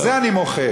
על זה אני מוחה.